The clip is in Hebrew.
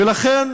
ולכן,